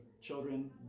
children